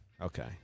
Okay